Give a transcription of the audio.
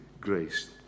grace